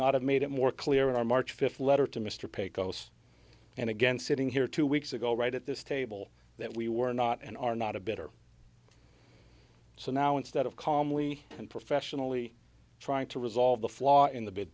not have made it more clear in our march fifth letter to mr pecos and again sitting here two weeks ago right at this table that we were not and are not a better so now instead of calmly and professionally trying to resolve the flaw in the